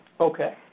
Okay